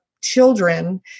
children